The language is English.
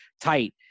tight